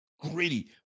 gritty